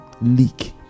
leak